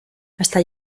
hasta